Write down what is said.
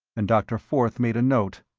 and dr. forth made a note.